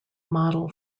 model